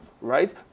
right